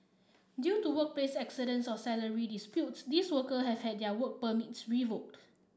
due to workplace accidents or salary disputes these worker have had their work permits revoked